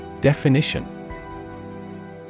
Definition